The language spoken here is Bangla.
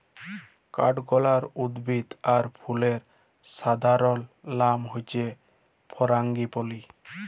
কাঠগলাপ উদ্ভিদ আর ফুলের সাধারণলনাম হচ্যে ফারাঙ্গিপালি